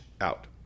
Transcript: out